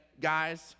guys